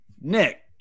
Nick